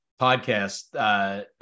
podcast